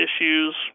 issues